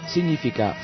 Significa